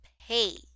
pay